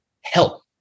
help